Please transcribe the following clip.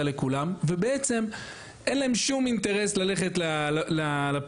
לכולם ובעצם אין להן שום אינטרס ללכת לפריפריה,